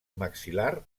maxil·lar